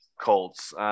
Colts